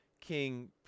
King